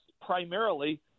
primarily